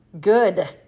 good